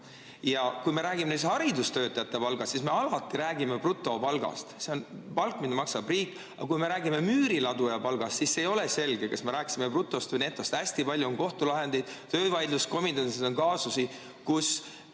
Kui me räägime haridustöötajate palgast, siis me alati räägime brutopalgast, see on palk, mida maksab riik. Aga kui me räägime müüriladuja palgast, siis ei ole selge, kas me rääkisime brutost või netost. Hästi palju on kohtulahendeid, töövaidluskomisjonides on kaasusi, kus